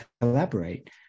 collaborate